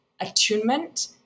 attunement